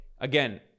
again